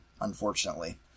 unfortunately